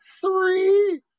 three